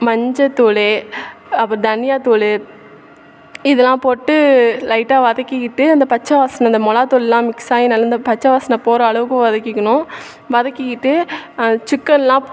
மஞ்சத்தூள் அப்புறம் தனியா தூள் இதெல்லாம் போட்டு லைட்டாக வதக்கிக்கிட்டு அந்த பச்சை வாசனை அந்த மிளகாத்தூள்லாம் மிக்ஸாகி நல்லா இந்த பச்சை வாசனை போகிறளவுக்கு வதக்கிக்கணும் வதக்கிக்கிட்டு சிக்கன்லாம்